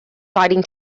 writing